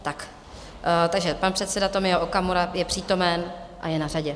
Takže pan předseda Tomio Okamura je přítomen a je na řadě.